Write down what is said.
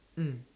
mm